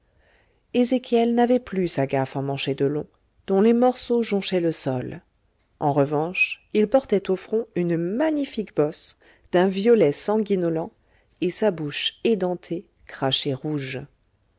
ezéchiel n'avait plus sa gaffe emmanchée de long dont les morceaux jonchaient le sol en revanche il portait au front une magnifique bosse d'un violet sanguinolent et sa bouche édentée crachait rouge